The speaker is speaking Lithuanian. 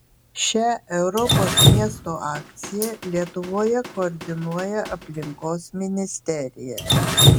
šią europos miestų akciją lietuvoje koordinuoja aplinkos ministerija